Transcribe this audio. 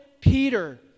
Peter